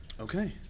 Okay